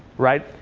right?